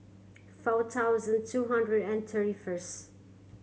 four thousand two hundred and thirty first